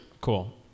Cool